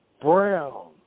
Brown